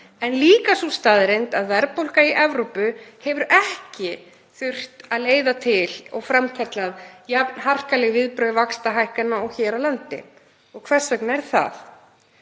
en líka sú staðreynd að verðbólga í Evrópu hefur ekki þurft að leiða til og framkallað jafn harkaleg viðbrögð vaxtahækkana og hér á landi. Og hvers vegna er það?